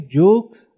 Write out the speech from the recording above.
jokes